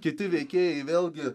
ir kiti veikėjai vėlgi